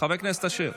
חבר הכנסת אשר.